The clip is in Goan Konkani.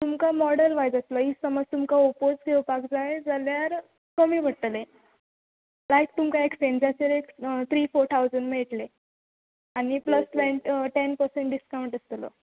तुमकां मोडल वायज येतलो ईफ समज तुमकां ओपोज घेवपाक जाय जाल्यार कमी पडटले लायक तुमकां एक्चेंजाचेर एक त्री फोर थावजंड मेळटले आनी plus twenty ten percent discount आसतलो